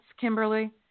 Kimberly